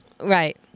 Right